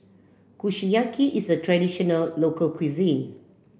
Kushiyaki is a traditional local cuisine